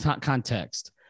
context